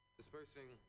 dispersing